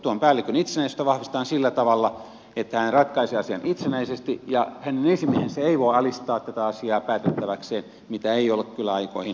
tuon päällikön itsenäisyyttä vahvistetaan sillä tavalla että hän ratkaisee asian itsenäisesti ja hänen esimiehensä ei voi alistaa tätä asiaa päätettäväkseen mitä ei ole kyllä aikoihin tapahtunut